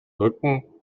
rücken